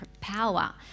power